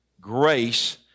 Grace